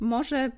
Może